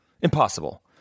Impossible